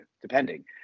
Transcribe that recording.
depending